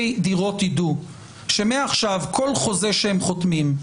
דירות יידעו שמעכשיו כל חוזה שהם חותמים,